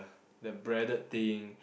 the breaded thing